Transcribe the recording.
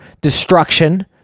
destruction